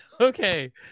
Okay